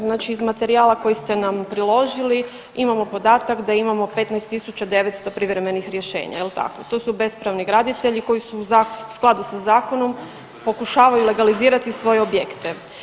Znači iz materijala koji ste nam priložili imamo podatak da imamo 15.900 privremenih rješenja jel tako, to su bespravni graditelji koji su u skladu sa zakonom pokušavaju legalizirati svoje objekte.